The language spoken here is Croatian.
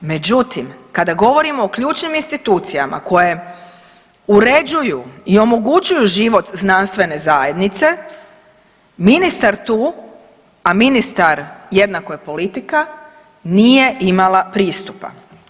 Međutim, kada govorimo o ključnim institucijama koje uređuju i omogućuju život znanstvene zajednice ministar tu, a ministar jednako je politika nije imala pristupa.